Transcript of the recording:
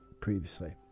previously